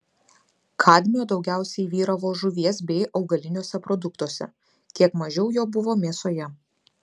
kadmio daugiausiai vyravo žuvies bei augaliniuose produktuose kiek mažiau jo buvo mėsoje